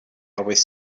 always